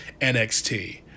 NXT